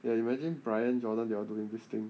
ya you imagine brian jordan they all doing this thing